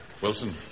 Wilson